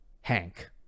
Hank